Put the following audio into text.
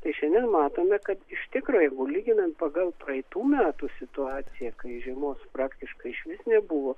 tai šiandien matome kad iš tikro jeigu lyginant pagal praeitų metų situaciją kai žiemos praktiškai išvis nebuvo